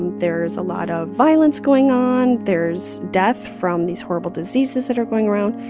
there's a lot of violence going on. there's death from these horrible diseases that are going around.